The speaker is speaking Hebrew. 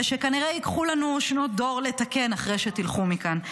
ושכנראה ייקחו לנו שנות דור לתקן אחרי שתלכו מכאן.